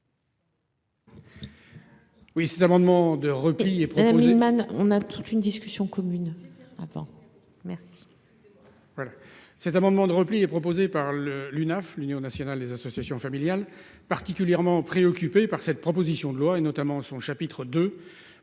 Voilà. Cet amendement de repli est proposé par le l'UNAF, l'Union nationale des associations familiales particulièrement préoccupé par cette proposition de loi et notamment son chapitre de